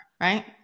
right